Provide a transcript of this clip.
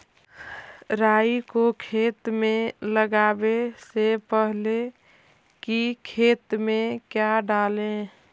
राई को खेत मे लगाबे से पहले कि खेत मे क्या डाले?